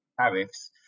tariffs